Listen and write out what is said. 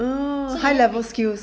um high level skills